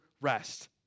rest